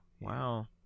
Wow